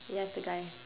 ya I've the guy